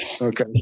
okay